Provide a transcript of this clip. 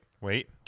wait